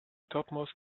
topmost